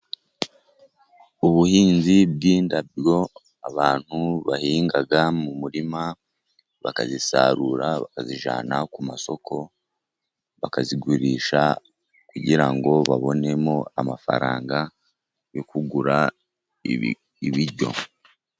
Ubuhinzi bw’indabo. Abantu bahinga mu murima, bakazisarura, bazijyana ku masoko, bakazigurisha kugira ngo babonemo amafaranga yo kugura ibiryo.